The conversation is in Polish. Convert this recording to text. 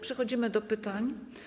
Przechodzimy do pytań.